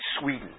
Sweden